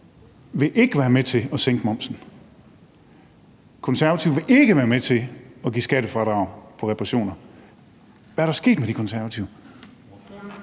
vil ikke være med til at sænke momsen, De Konservative vil ikke være med til at give skattefradrag på reparationer; hvad er der sket med De Konservative?